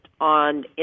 on